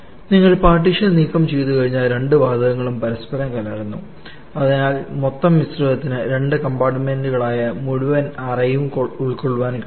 നിങ്ങൾ പാർട്ടീഷൻ നീക്കം ചെയ്തുകഴിഞ്ഞാൽ രണ്ട് വാതകങ്ങളും പരസ്പരം കലരുന്നു അതിനാൽ മൊത്തം മിശ്രിതത്തിന് രണ്ട് കമ്പാർട്ടുമെന്റുകളായ മുഴുവൻ അറയും ഉൾക്കൊള്ളാൻ കഴിയും